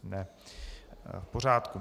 Ne, v pořádku.